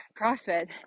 crossfit